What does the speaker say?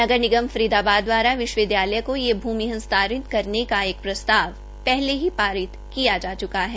नगर निगम फरीदाबाद द्वारा विश्वविद्यालय को यह भूमि हस्तांरित करने का एक प्रस्ताव पहले ही पारित किया जा च्का है